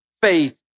faith